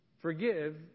Forgive